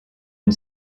une